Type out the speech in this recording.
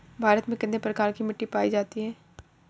भारत में कितने प्रकार की मिट्टी पायी जाती है?